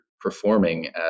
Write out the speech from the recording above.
performing